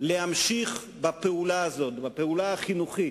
להמשיך בפעולה הזאת, בפעולה החינוכית,